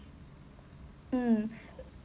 mm